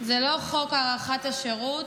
זה לא חוק הארכת השירות,